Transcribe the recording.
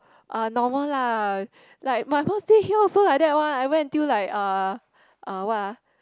oh normal lah like my first day here also like that one I wear until like uh what ah